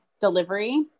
delivery